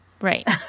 Right